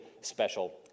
special